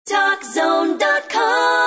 Talkzone.com